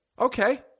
Okay